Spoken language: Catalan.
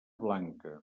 blanca